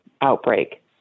outbreak